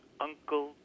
Uncle